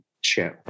show